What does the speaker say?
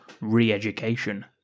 re-education